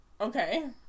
Okay